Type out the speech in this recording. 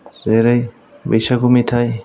जेरै बैसागु मेथाइ